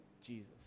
Jesus